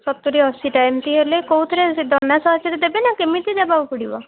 ସତୁରୀ ଅଶୀଟା ଏମିତି ହେଲେ କେଉଁଥିରେ ଦନା ସାହାଯ୍ୟରେ ଦେବେ ନା କେମିତି ଦେବାକୁ ପଡ଼ିବ